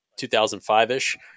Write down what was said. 2005-ish